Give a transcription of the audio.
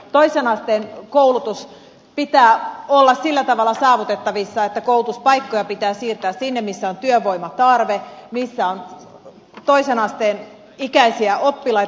toisen asteen koulutus pitää olla sillä tavalla saavutettavissa että koulutuspaikkoja pitää siirtää sinne missä on työvoimatarve missä on toisen asteen koulutuksen ikäisiä oppilaita